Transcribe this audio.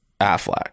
affleck